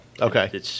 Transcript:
Okay